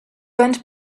went